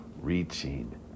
reaching